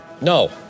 No